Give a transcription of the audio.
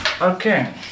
Okay